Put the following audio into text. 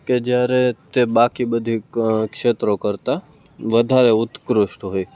કે જ્યારે તે બાકી બધી ક્ષેત્રો કરતાં વધારે ઉતકૃષ્ટ હોય